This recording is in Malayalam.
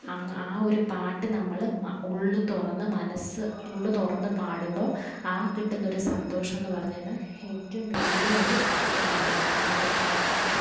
അങ്ങ ആ ഒരു പാട്ട് നമ്മൾ ഉള്ളു തുറന്ന് മനസ്സ് ഉള്ളു തുറന്നു പാടുമ്പോൾ ആ കിട്ടുന്നൊരു സന്തോഷമെന്നു പറഞ്ഞതെന്ന് ഏറ്റവും വലിയ ഒരു അനുഗ്രഹമായിട്ടാണ്